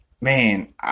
man